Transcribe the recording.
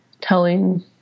telling